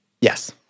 Yes